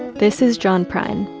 this is john prine,